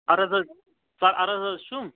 عرض حظ سر عرض حظ چھُم